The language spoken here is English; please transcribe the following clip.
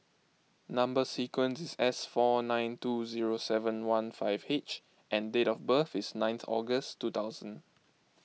Number Sequence is S four nine two zero seven one five H and date of birth is ninth August two thousand